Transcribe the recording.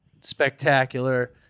spectacular